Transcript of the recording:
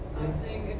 i'm saying